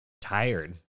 tired